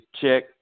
Check